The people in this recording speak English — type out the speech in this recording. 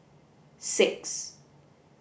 six